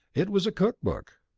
it was a cook book.